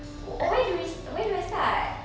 where do we where do I start